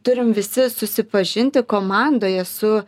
turim visi susipažinti komandoje su